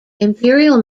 imperial